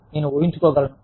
నేను ఊహించుకోగలను